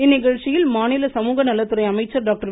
இந்நிகழ்ச்சியில் மாநில சமூக நலத்துறை அமைச்சர் டாக்டர்